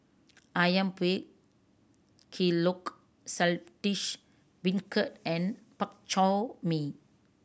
Ayam Buah Keluak Saltish Beancurd and Bak Chor Mee